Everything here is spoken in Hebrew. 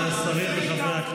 אני